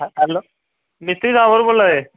मिस्त्री साहब होर बोल्ला दे